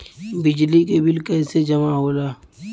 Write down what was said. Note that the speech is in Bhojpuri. बिजली के बिल कैसे जमा होला?